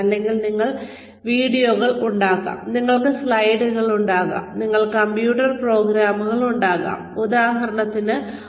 അതിനാൽ നിങ്ങൾക്ക് വീഡിയോകൾ ഉണ്ടാകാം നിങ്ങൾക്ക് സ്ലൈഡുകൾ ഉണ്ടാകാം നിങ്ങൾക്ക് കമ്പ്യൂട്ടർ പ്രോഗ്രാമുകൾ ഉണ്ടാകാം ഉദാഹരണങ്ങൾ ഉണ്ടാകാം